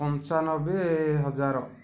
ପଞ୍ଚାନବେ ହଜାର